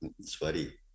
Sweaty